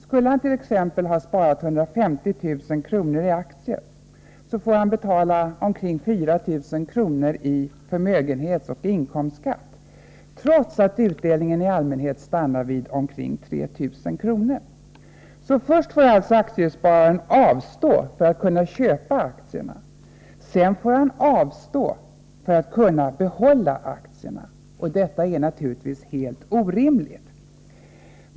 Skulle han t.ex. ha sparat 150 000 kr. i aktier får han betala nära 4 000 kr. i förmögenhetsoch inkomstskatt, trots att utdelningen i allmänhet stannar vid ca 3 000 kr. Först får alltså aktiespararen avstå för att kunna köpa aktierna. Sedan får han avstå för att kunna behålla aktierna. Det är naturligtvis helt orimligt.